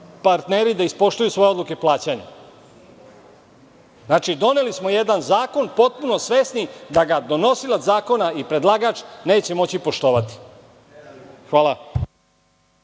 partneri da ispoštuju svoje odluke plaćanja? Znači, doneli smo jedan zakon potpuno svesni da ga donosilac zakona i predlagač neće moći poštovati. Hvala.